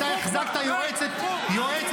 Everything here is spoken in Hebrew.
די, תלכו.